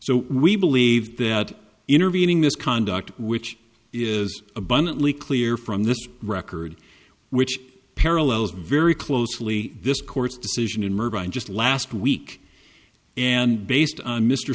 so we believe that intervening this conduct which is abundantly clear from this record which parallels very closely this court's decision in murder and just last week and based on mr